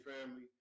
family